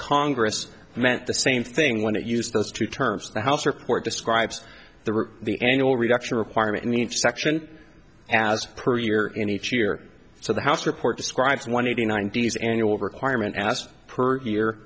congress meant the same thing when it used those two terms the house report describes the root the annual reduction requirement in each section as per year in each year so the house report describes one eighty nine days annual requirement asked per year